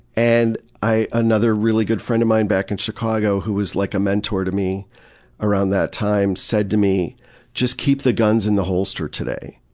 and, another really good friend of mine back in chicago, who was like a mentor to me around that time, said to me just keep the guns in the holster today.